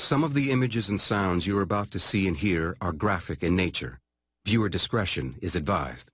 some of the images and sounds you were about to see in here are graphic in nature viewer discretion is advised